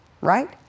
right